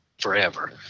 forever